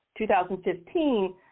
2015